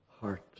heart